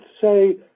say